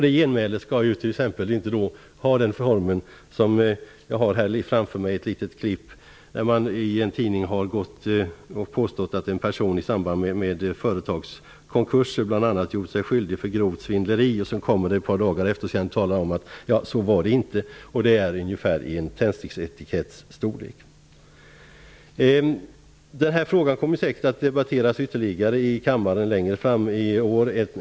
Det genmälet skall inte ha formen av ett litet klipp. Jag har ett sådant framför mig nu. I en tidning har man påstått att en person bl.a. gjort sig skyldig till grovt svindleri i samband med företagskonkurser. Efter ett par dagar skriver man sedan att det inte var så. Den artikeln har ungefär samma storlek som etiketten på en tändsticksask. Den frågan kommer säkert att debatteras ytterligare i kammaren längre fram i år.